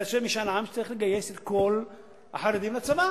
יעשה משאל עם שצריך לגייס את כל החרדים לצבא.